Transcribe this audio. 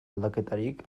aldaketarik